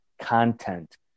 content